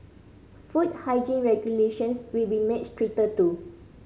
food hygiene regulations will be made stricter too